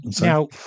Now